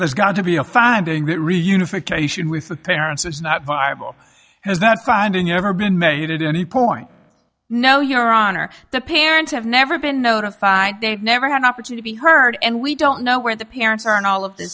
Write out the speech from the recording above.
there's got to be a finding that reunification with the parents is not viable has that finding ever been made at any point no your honor the parents have never been notified they've never had an opportunity heard and we don't know where the parents are and all of